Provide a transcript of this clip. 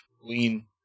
Lean